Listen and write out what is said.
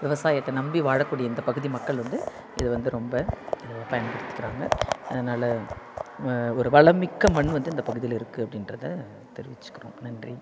விவசாயத்தை நம்பி வாழக்கூடிய இந்தப் பகுதி மக்கள் வந்து இதை வந்து ரொம்ப பயன்படுத்திக்கிறாங்க அதனால் ஒரு வளம் மிக்க மண் வந்து இந்த பகுதியில் இருக்குது அப்படின்றத தெரிவிச்சுக்கிறோம் நன்றி